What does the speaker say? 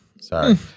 Sorry